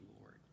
Lord